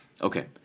okay